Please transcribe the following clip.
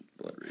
Blood